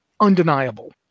undeniable